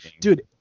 dude